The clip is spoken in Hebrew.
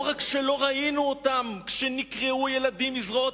לא רק שלא ראינו אותם כשנקרעו ילדים מזרועות